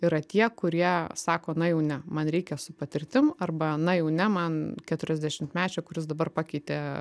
yra tie kurie sako na jau ne man reikia su patirtim arba na jau ne man keturiasdešimtmečio kuris dabar pakeitė